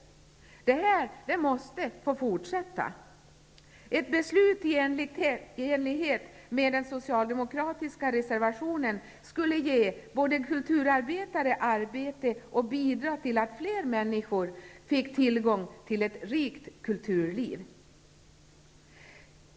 Detta måste få fortsätta. Ett beslut i enlighet med den socialdemokratiska reservationen skulle både ge kulturarbetare arbete och bidra till att fler människor fick tillgång till ett rikt kulturliv.